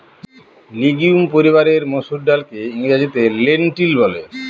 legume পরিবারের মসুর ডালকে ইংরেজিতে লেন্টিল বলে